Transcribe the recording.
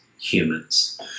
humans